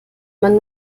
man